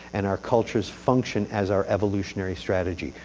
and our cultures function as our evolutionary strategy.